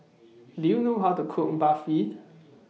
Do YOU know How to Cook Barfi